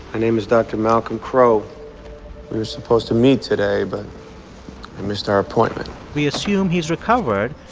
my name is dr. malcolm crowe. we were supposed to meet today, but i missed our appointment we assume he's recovered,